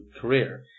career